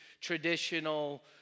traditional